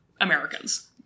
Americans